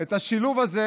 את השילוב הזה,